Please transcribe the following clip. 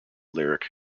lyric